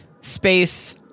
space